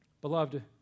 Beloved